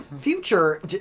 Future